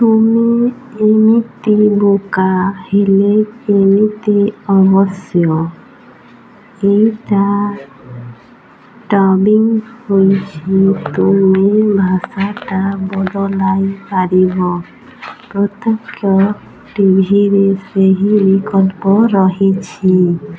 ତୁମେ ଏମିତି ବୋକା ହେଲେ କେମିତି ଅବଶ୍ୟ ଏଇଟା ଡବିଙ୍ଗ୍ ହୋଇଛି ତୁମେ ଭାଷାଟା ବଦଲାଇ ପାରିବ ପ୍ରତ୍ୟେକ ଟିଭିରେ ସେହି ବିକଳ୍ପ ରହିଛି